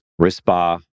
rispa